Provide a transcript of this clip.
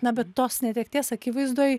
na bet tos netekties akivaizdoj